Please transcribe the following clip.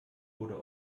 wurde